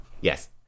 yes